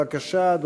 בבקשה,